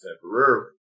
temporarily